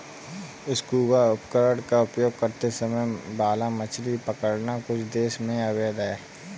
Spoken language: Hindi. स्कूबा उपकरण का उपयोग करते समय भाला मछली पकड़ना कुछ देशों में अवैध है